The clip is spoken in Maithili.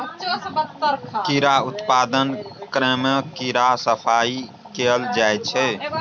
कीड़ा उत्पादनक क्रममे कीड़ाक सफाई कएल जाइत छै